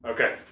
Okay